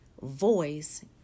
voice